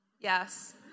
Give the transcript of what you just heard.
Yes